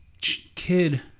kid